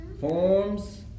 forms